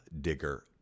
Digger